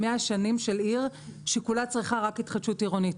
100 שנים של עיר שכולה צריכה רק התחדשות עירונית.